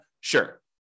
Sure